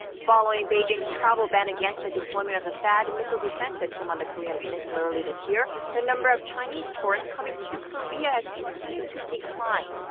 following beijing's travel ban against the deployment of the ah thaad missile defense system on the korean peninsula early this year. the number of chinese tourists coming to korea has continued to decline.